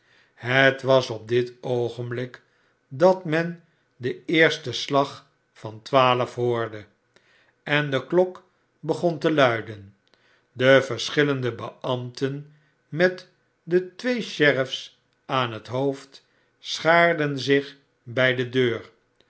het was op dit oogenblik dat men den eersten slag van twaalf hoorde en de klok begon te luiden de verschillende beambten met de twee sheriffs aan het hoofd schaarden zich bij de deur